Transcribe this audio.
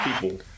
people